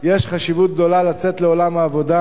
יש חשיבות גדולה לצאת לעולם העבודה,